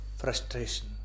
frustration